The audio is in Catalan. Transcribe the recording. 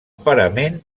parament